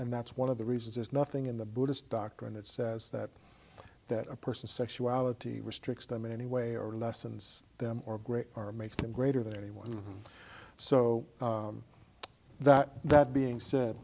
and that's one of the reasons is nothing in the buddhist doctrine that says that that a person's sexuality restricts them in any way or lessens them or great or makes them greater than anyone so that that being said